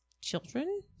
children